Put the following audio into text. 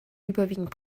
überwiegend